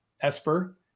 Esper